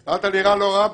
הלול.